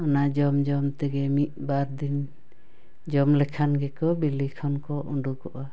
ᱚᱱᱟ ᱡᱚᱢ ᱡᱚᱢ ᱛᱮᱜᱮ ᱢᱤᱫ ᱵᱟᱨ ᱫᱤᱱ ᱡᱚᱢ ᱞᱮᱠᱷᱟᱱ ᱜᱮᱠᱚ ᱵᱤᱞᱤ ᱠᱷᱚᱱ ᱠᱚ ᱩᱰᱩᱠᱚᱜᱼᱟ